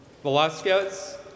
Velasquez